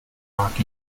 mark